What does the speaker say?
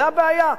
זה הבעיה.